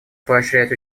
поощрять